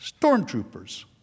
stormtroopers